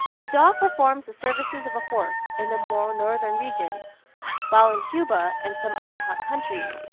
the dog performs the services of a horse in the more northern regions while in cuba and some other hot countries,